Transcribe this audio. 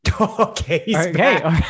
okay